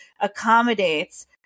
accommodates